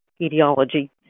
etiology